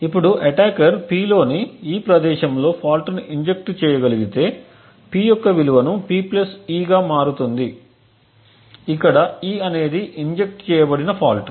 ఇప్పుడు attacker P లోని ఈ ప్రదేశంలో ఫాల్ట్ని ఇంజెక్ట్ చేయగలిగితే P యొక్క విలువను P e గా మారుతుంది ఇక్కడ e అనేది ఇంజెక్ట్ చేయబడిన ఫాల్ట్